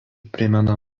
primena